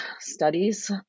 studies